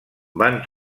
van